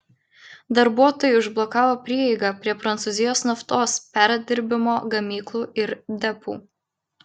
darbuotojai užblokavo prieigą prie prancūzijos naftos perdirbimo gamyklų ir depų